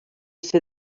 ser